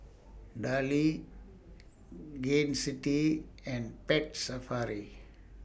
Darlie Gain City and Pet Safari